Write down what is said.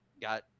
Got –